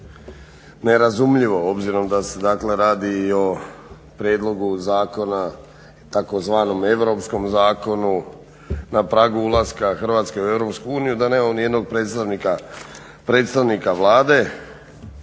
nerazumljivo obzirom da se radi i o prijedlogu zakona tzv. europskom zakonu, na pragu ulaska Hrvatske u Europsku uniju da nemamo nijednog predstavnika Vlade.